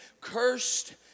cursed